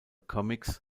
comics